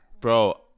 bro